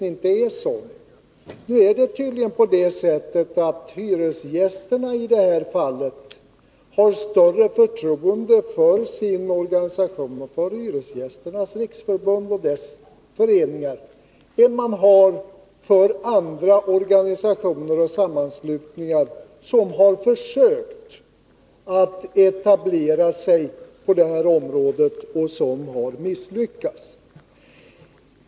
Nu har tydligen hyresgästerna i det här fallet större förtroende för sin organisation — för Hyresgästernas riksförbund och dess föreningar — än man har för andra organisationer och sammanslutningar som har försökt etablera sig på det här området och som har misslyckats.